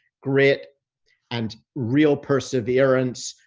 grit and real perseverance.